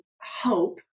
hope